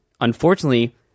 unfortunately